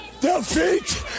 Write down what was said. defeat